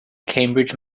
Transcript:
cambridge